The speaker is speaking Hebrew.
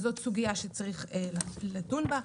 זאת סוגיה שצריך לדון בה.